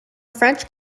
french